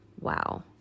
Wow